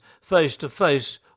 face-to-face